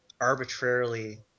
arbitrarily